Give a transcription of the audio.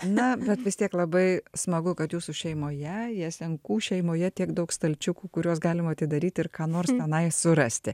na bet vis tiek labai smagu kad jūsų šeimoje jasenkų šeimoje tiek daug stalčiukų kuriuos galima atidaryti ir ką nors tenai surasti